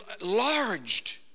enlarged